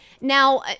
Now